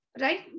right